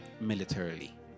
militarily